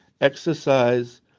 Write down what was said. exercise